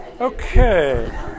Okay